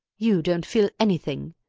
you don't feel anything.